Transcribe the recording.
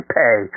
pay